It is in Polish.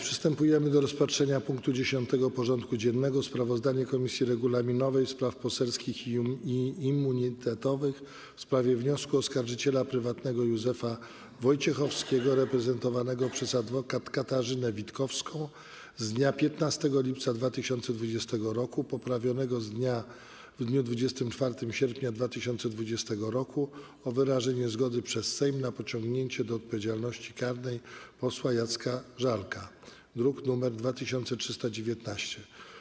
Przystępujemy do rozpatrzenia punktu 10. porządku dziennego: Sprawozdanie Komisji Regulaminowej, Spraw Poselskich i Immunitetowych w sprawie wniosku oskarżyciela prywatnego Józefa Wojciechowskiego, reprezentowanego przez adwokat Katarzynę Witkowską z dnia 15 lipca 2020 r., poprawionego w dniu 24 sierpnia 2020 r., o wyrażenie zgody przez Sejm na pociągnięcie do odpowiedzialności karnej posła Jacka Żalka (druk nr 2319)